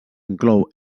inclou